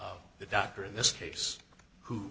the doctor in this case who